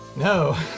no.